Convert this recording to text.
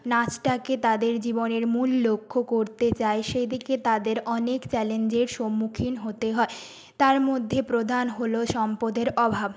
নাচটাকে তাদের জীবনের মূল লক্ষ্য করতে চায় সেদিকে তাদের অনেক চ্যালেঞ্জের সম্মুখীন হতে হয় তার মধ্যে প্রধান হলো সম্পদের অভাব